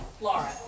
Laura